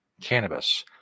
cannabis